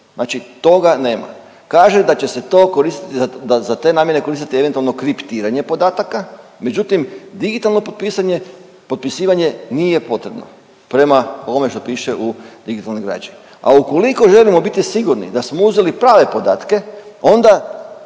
Znači toga nema. Kažu da će se to to koristiti, da za te namjene koristiti eventualno kriptiranje podataka, međutim digitalno potpisanje, potpisivanje nije potrebno prema onome što piše u digitalnoj građi. A ukoliko želimo biti sigurni da smo uzeli prave podatke onda